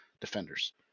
defenders